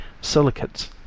silicates